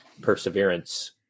perseverance